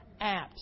apps